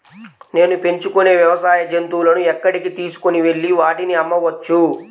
నేను పెంచుకొనే వ్యవసాయ జంతువులను ఎక్కడికి తీసుకొనివెళ్ళి వాటిని అమ్మవచ్చు?